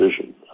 vision